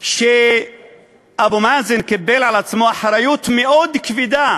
שאבו מאזן קיבל על עצמו אחריות מאוד כבדה.